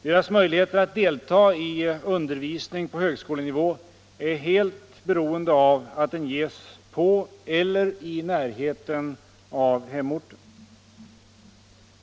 Deras möjligheter att delta i undervisning på högskolenivå är helt beroende av att den ges på eller i närheten av hemorten.